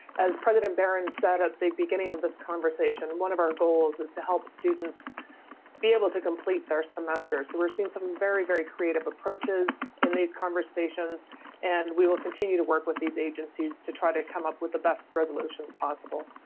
as president barron said at the beginning of this conversation, and one of our goals is to help students be able to complete their semester. so we're seeing some very, very creative approaches in these conversations and we will continue to work with these agencies to try to come up with the best resolutions possible.